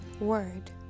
word